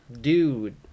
Dude